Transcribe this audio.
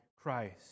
Christ